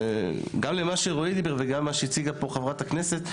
בנוגע גם למה שרועי דיבר וגם למה שהציגה פה חברת הכנסת.